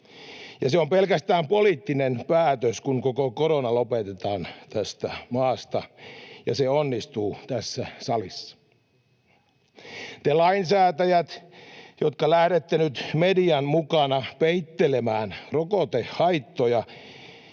Se on pelkästään poliittinen päätös, kun koko korona lopetetaan tästä maasta, ja se onnistuu tässä salissa. Te lainsäätäjät, jotka lähdette nyt median mukana peittelemään rokotehaittoja